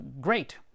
great